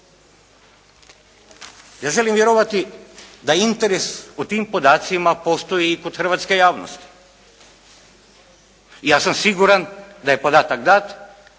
Ja želim vjerovati da interes o tim podacima postoji i kod hrvatske javnosti. Ja sam siguran da je podatak dat